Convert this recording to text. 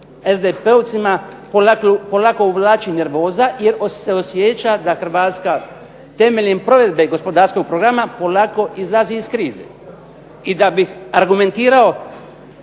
SDP-ovcima polako uvlači nervoza jer se osjeća da Hrvatska temeljem provedbe gospodarskog programa polako izlazi iz krize. I da bi argumentirao